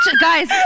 guys